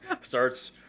starts